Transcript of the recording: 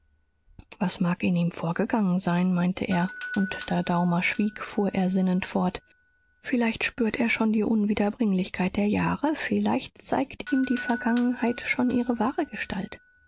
was mag in ihm vorgegangen sein meinte er und da daumer schwieg fuhr er sinnend fort vielleicht spürt er schon die unwiederbringlichkeit der jahre vielleicht zeigt ihm die vergangenheit schon ihre wahre gestalt